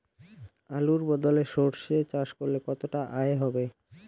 আলুর বদলে সরষে চাষ করলে কতটা আয় হবে?